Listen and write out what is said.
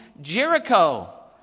Jericho